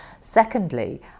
Secondly